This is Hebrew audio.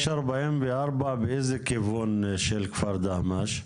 --- כביש 44 באיזה כיוון של כפר דהמש?